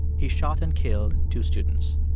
he shot and killed two students.